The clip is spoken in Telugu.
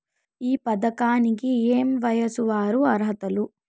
ఈ పథకానికి ఏయే వయస్సు వారు అర్హులు?